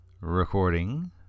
recording